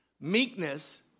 Meekness